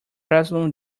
classroom